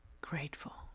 grateful